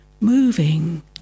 moving